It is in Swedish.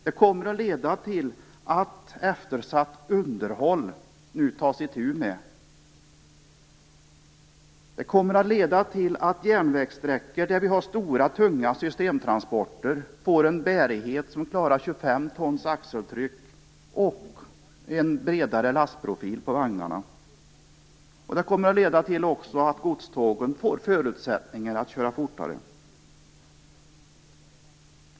Det kommer att leda till att eftersatt underhåll åtgärdas. Det kommer att leda till att järnvägssträckor med stora, tunga systemtransporter kommer att klara 25 tons axeltryck och en bredare lastprofil på vagnarna. Det kommer också att leda till att godstågen får förutsättningar att köra fortare.